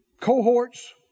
cohorts